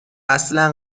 اصلا